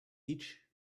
each